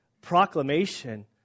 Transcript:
proclamation